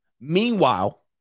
Meanwhile